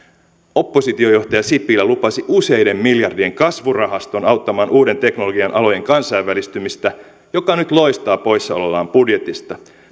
oppositiojohtaja sipilä lupasi useiden miljardien kasvurahaston auttamaan uuden teknologian alojen kansainvälistymistä joka nyt loistaa poissaolollaan budjetista